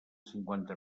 cinquanta